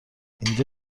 اینجا